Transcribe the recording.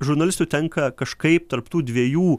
žurnalistui tenka kažkaip tarp tų dviejų